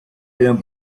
eran